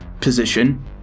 position